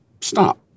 stop